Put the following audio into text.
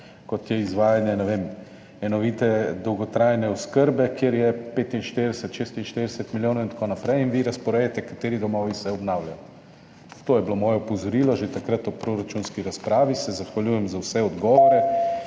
kot je izvajanje, ne vem, enovite dolgotrajne oskrbe, kjer je 45 ali 46 milijonov in tako naprej, in vi razporejate, kateri domovi se obnavljajo. To je bilo moje opozorilo že takrat ob proračunski razpravi. Zahvaljujem se za vse odgovore,